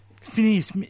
Phineas